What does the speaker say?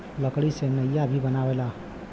लकड़ी से नईया भी बनेला